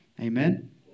Amen